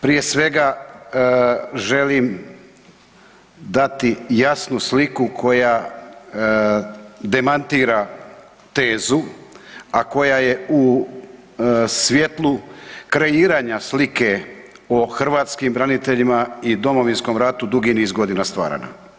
Prije svega želim dati jasnu sliku koja demantira tezu, a koja je u svjetlu kreiranja slike o hrvatskim braniteljima i Domovinskom ratu dugi niz godina stvarana.